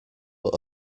but